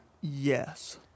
Yes